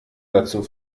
dazu